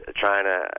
China